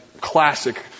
classic